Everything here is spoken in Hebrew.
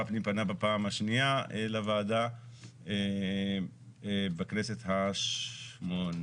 הפנים פנה בפעם השנייה לוועדה בכנסת ה-17,